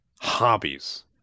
hobbies